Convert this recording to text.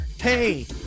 Hey